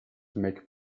make